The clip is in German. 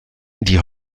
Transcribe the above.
die